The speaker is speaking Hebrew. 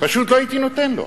פשוט לא הייתי נותן לו.